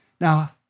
Now